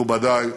מכובדי,